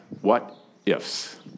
what-ifs